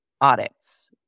audits